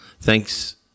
thanks